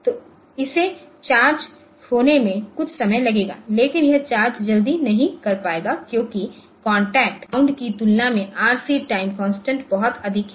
तो इसे चार्ज होने में कुछ समय लगेगा लेकिन यह चार्जजल्दी नहीं कर पाएगा क्योंकि कॉन्टेक्ट बाउंड्स की तुलना में आरसी टाइम कांस्टेंट बहुत अधिक है